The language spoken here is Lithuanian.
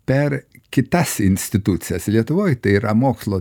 per kitas institucijas lietuvoje tai yra mokslo